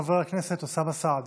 חבר הכנסת אוסאמה סעדי.